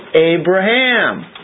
Abraham